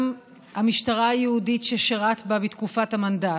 גם המשטרה היהודית ששירת בה בתקופת המנדט,